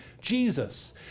Jesus